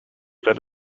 that